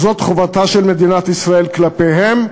זאת חובתה של מדינת ישראל כלפיהם,